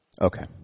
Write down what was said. Okay